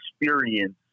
experience